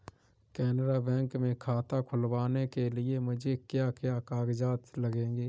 केनरा बैंक में खाता खुलवाने के लिए मुझे क्या क्या कागजात लगेंगे?